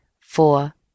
four